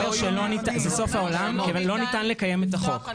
זה סוף העולם, ולא ניתן לקיים את החוק.